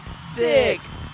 Six